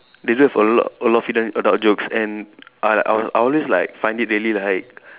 they do have a lot a lot of hidden adult jokes and I I I always like find it really like